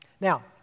Now